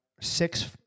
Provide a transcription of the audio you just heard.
six